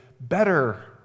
better